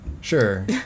Sure